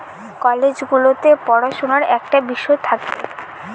college গুলোতে পড়াশুনার একটা বিষয় থাকে